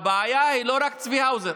הבעיה היא לא רק צבי האוזר,